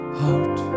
heart